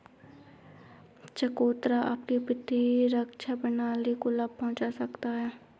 चकोतरा आपकी प्रतिरक्षा प्रणाली को लाभ पहुंचा सकता है